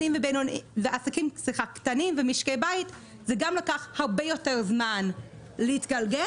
בעסקים קטנים ומשקי בית זה גם לקח הרבה יותר זמן להתגלגל,